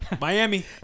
Miami